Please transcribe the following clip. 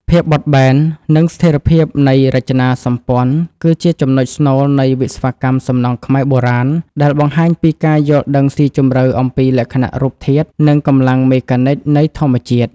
ភាពបត់បែន និងស្ថិរភាពនៃរចនាសម្ព័ន្ធ គឺជាចំណុចស្នូលនៃវិស្វកម្មសំណង់ខ្មែរបុរាណ ដែលបង្ហាញពីការយល់ដឹងស៊ីជម្រៅអំពីលក្ខណៈរូបធាតុ និងកម្លាំងមេកានិចនៃធម្មជាតិ។